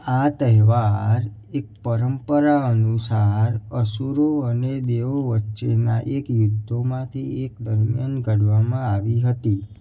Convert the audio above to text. આ તહેવાર એક પરંપરા અનુસાર અસુરો અને દેવો વચ્ચેના એક યુદ્ધોમાંથી એક દરમિયાન ઘડવામાં આવી હતી